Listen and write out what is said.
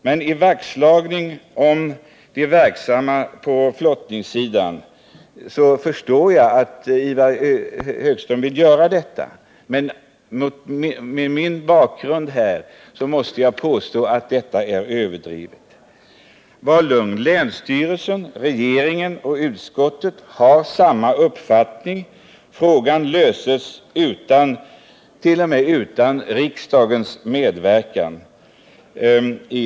Och jag förstår att han nu vill slå vakt om de anställda inom flottningen. Men mot bakgrund av vad jag här har sagt vill jag påstå att Ivar Högströms farhågor är överdrivna. Var lugn! Länsstyrelsen, regeringen och utskottet har samma uppfattning: Frågan kan lösas t.o.m. utan riksdagens medverkan.